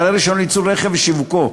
בעלי רישיון לייצור רכב ושיווקו,